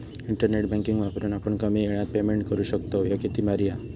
internet banking वापरून आपण कमी येळात पेमेंट करू शकतव, ह्या किती भारी हां